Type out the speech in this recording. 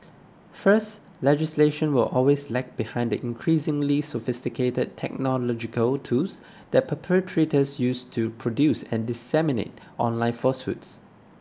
first legislation will always lag behind the increasingly sophisticated technological tools that perpetrators use to produce and disseminate online falsehoods